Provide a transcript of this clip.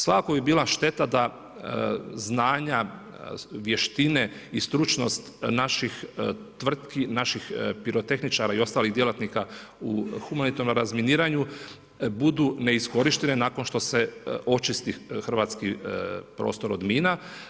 Svakako bi bila šteta da znanja, vještine i stručnost naših tvrtki, naših pirotehničara i ostalih djelatnika u humanitarnom razminiranju budu neiskorištene nakon što se očiti hrvatski prostor od mina.